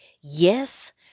yes